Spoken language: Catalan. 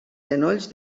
genolls